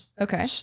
Okay